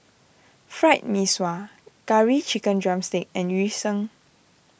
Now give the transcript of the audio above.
Fried Mee Sua Curry Chicken Drumstick and Yu Sheng